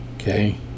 okay